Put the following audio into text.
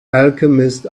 alchemist